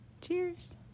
Cheers